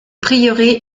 prieuré